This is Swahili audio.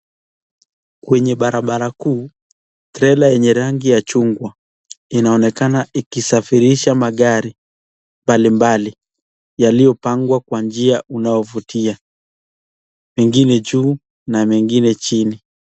Kwenye barabara kuu, trela yenye rangi ya chungwa, inaonekana ikisafirisha magari mbalimbali , yaliyopangwa kwa njia unaovutia, mengine juu na mengine chini.